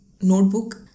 notebook